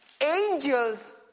angels